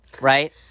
right